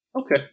Okay